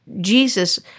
Jesus